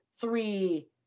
three